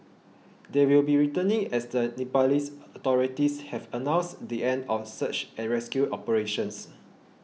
they will be returning as the Nepalese authorities have announced the end of search and rescue operations